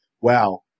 wow